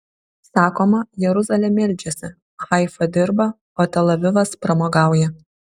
sakoma jeruzalė meldžiasi haifa dirba o tel avivas pramogauja